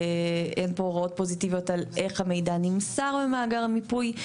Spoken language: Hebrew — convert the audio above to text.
אין פה הוראות פוזיטיביות על איך המידע נמסר למאגר המיפוי.